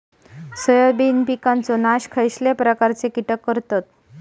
Soybean पिकांचो नाश खयच्या प्रकारचे कीटक करतत?